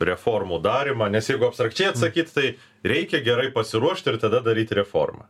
reformų darymą nes jeigu abstrakčiai atsakyt tai reikia gerai pasiruošt ir tada daryt reformą